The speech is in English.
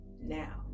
Now